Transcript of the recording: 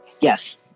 Yes